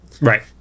Right